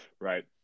right